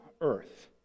earth